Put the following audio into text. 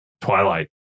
Twilight